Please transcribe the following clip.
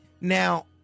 Now